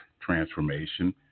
transformation